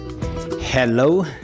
hello